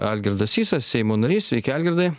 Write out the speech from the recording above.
algirdas sysas seimo narys sveiki algirdai